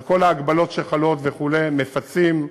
על כל ההגבלות שחלות וכו', מפצים,